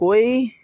કોઈ